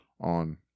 on